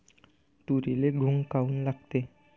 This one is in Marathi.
तुरीले घुंग काऊन लागते?